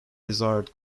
desired